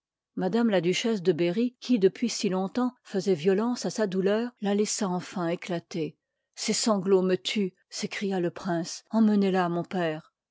madame la duchesse de berry qui depuis si long-temps faisoit violence à sa douleur îa laissa enfin éclater ses sanglots me ttieiit s'écria le prince emmenez la j mon père